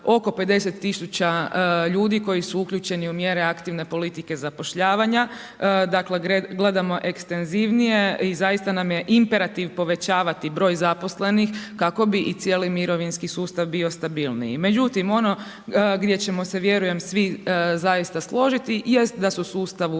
oko 50 tisuća ljudi koji su uključeni u mjere aktivne politike zapošljavanja, dakle, gledamo ekstenzivnijem i zaista nam je imperativ povećavati broj zaposlenih kako bi i cijeli mirovinski sustav bio stabilniji. Međutim, ono gdje ćemo se vjerujem svi zaista složiti, jest da su sustavu nužne